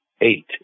eight